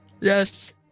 Yes